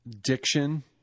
diction